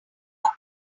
cup